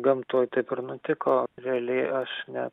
gamtoj ir nutiko realiai aš ne